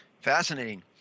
Fascinating